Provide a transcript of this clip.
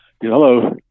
Hello